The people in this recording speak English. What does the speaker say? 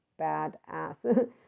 badass